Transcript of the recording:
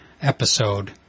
episode